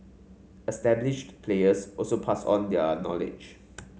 established players also pass on their knowledge